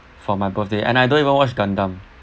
for my birthday and I don't even watch gundam